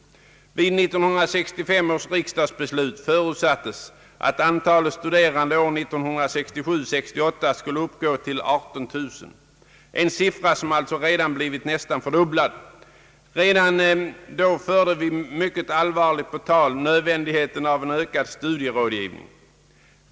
Vid 19635 års riksdagsbeslut förutsattes att antalet studerande år 1967/ 68 skulle uppgå till 18 000 — en siffra som alltså redan blivit nästan fördubblad. Redan då förde vi mycket allvarligt på tal nödvändigheten av en ökad studierådgivning.